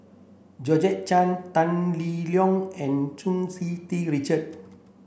Georgette Chen Tan Lee Leng and Hu Tsu Tau Richard